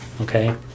okay